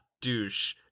douche